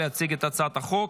להציג את הצעת החוק.